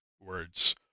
words